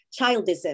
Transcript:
childism